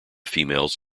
females